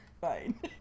Fine